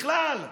לכלל התושבים.